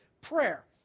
prayer